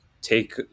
take